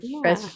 fresh